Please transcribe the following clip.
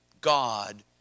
God